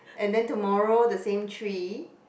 and then tomorrow the same tree